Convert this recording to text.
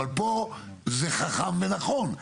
אבל פה זה חכם ונכון,